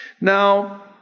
Now